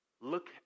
Look